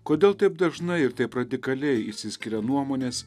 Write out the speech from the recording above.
kodėl taip dažnai ir taip radikaliai išsiskiria nuomonės